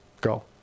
go